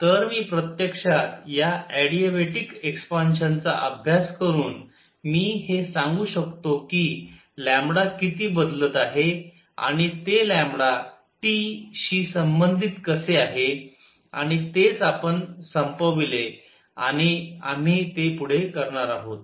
तर मी प्रत्यक्षात या अॅडिबॅटिक एक्सपान्शन चा अभ्यास करून मी हे सांगू शकतो की किती बदलत आहे आणि ते लॅम्बडा T शी संबंधित कसे आहे आणि तेच आपण संपवले आणि आम्ही ते पुढे करणार आहोत